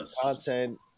content